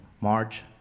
March